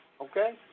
okay